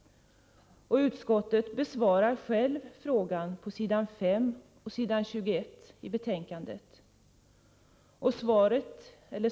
Utskottet besvarar självt frågan på s. 5 och 21 i betänkandet.